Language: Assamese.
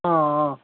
অঁ অঁ